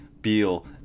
Beal